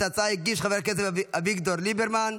את ההצעה הגיש חבר הכנסת אביגדור ליברמן.